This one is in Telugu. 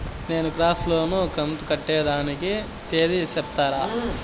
నేను క్రాప్ లోను కంతు కట్టేదానికి తేది సెప్తారా?